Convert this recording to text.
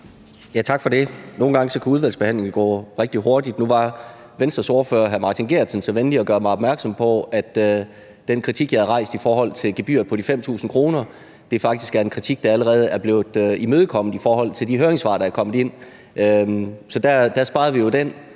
Tak for det. Nogle gange kan udvalgsbehandlingen gå rigtig hurtigt – nu var Venstres ordfører, hr. Martin Geertsen, så venlig at gøre mig opmærksom på, at den kritik, jeg har rejst, i forhold til gebyret på de 5.000 kr., faktisk er en kritik, der allerede er blevet imødekommet i forhold til de høringssvar, der er kommet ind. Så der sparede vi da